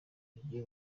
rigiye